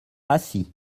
acy